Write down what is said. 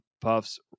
puffs